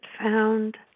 found